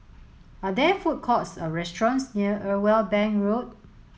are there food courts or restaurants near Irwell Bank Road